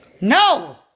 no